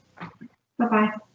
Bye-bye